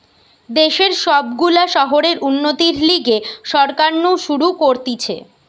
দেশের সব গুলা শহরের উন্নতির লিগে সরকার নু শুরু করতিছে